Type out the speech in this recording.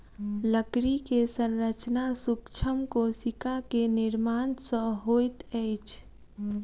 लकड़ी के संरचना सूक्ष्म कोशिका के निर्माण सॅ होइत अछि